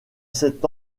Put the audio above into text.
sept